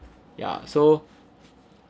ya so